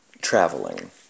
Traveling